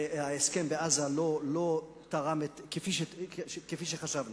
ההסכם בעזה לא תרם כפי שחשבנו.